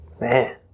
man